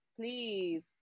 please